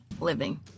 living